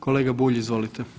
Kolega Bulj, izvolite.